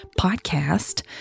podcast